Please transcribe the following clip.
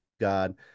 God